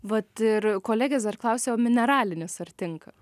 vat ir kolegės dar klausia o mineralinis ar tinka